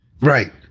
right